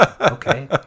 okay